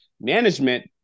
management